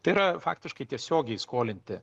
tai yra faktiškai tiesiogiai skolinti